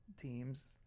teams